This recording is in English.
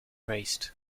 raced